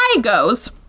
goes